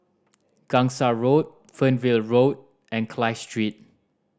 Gangsa Road Fernvale Road and Clive Street